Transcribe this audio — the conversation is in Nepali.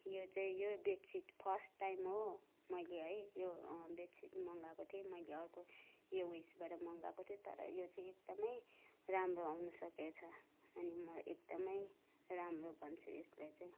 यो चाहिँ यो बेडसिट फर्स्ट टाइम हो मैले है यो बेडसिट मगाएको थिएँ मैले अर्को यो उइसबाट मगाएको थिएँ तर यो चाहिँ एकदमै राम्रो आउनु सकेछ अनि म एकदमै राम्रो भन्छु यसलाई चाहिँ